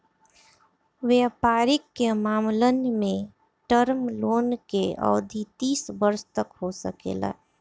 वयपारिक मामलन में टर्म लोन के अवधि तीस वर्ष तक हो सकेला